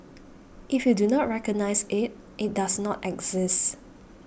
if you do not recognise it it does not exist